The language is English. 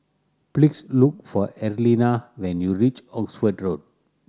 please look for Arlena when you reach Oxford Road